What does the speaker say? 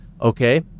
Okay